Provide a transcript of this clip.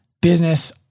business